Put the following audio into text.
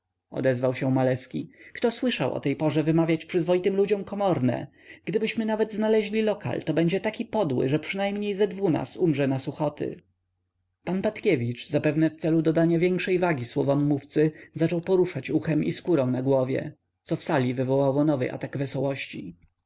odezwał się maleski kto słyszał o tej porze wymawiać przyzwoitym ludziom komorne gdybyśmy nawet znaleźli lokal to będzie taki podły że przynajmniej ze dwu nas umrze na suchoty pan patkiewicz zapewne w celu dodania większej wagi słowom mówcy zaczął poruszać uchem i skórą na głowie co w sali wywołało nowy atak wesołości